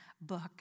book